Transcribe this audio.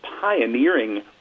pioneering